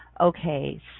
okay